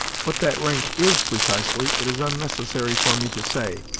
what that rank is precisely, it is unnecessary for me to say,